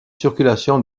circulation